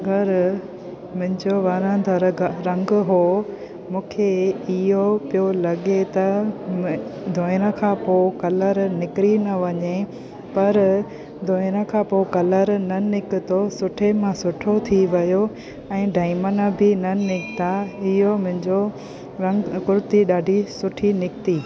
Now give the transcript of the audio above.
घरु मुंहिंजो वणंदड़ु रंग हुओ मूंखे इहो पियो लॻे त धोइण खां पोइ कलर निकिरी न वञे पर धोइण खां पोइ कलर न निकितो सुठे मां सुठो थी वयो ऐं डायमंड बि न निकिता इहो मुंहिंजो रंग कुर्ती ॾाढी सुठी निकिती